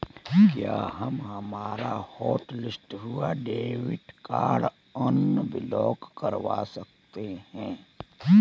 क्या हम हमारा हॉटलिस्ट हुआ डेबिट कार्ड अनब्लॉक करवा सकते हैं?